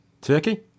Turkey